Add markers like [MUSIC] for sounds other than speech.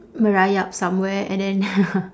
merayap somewhere and then [LAUGHS]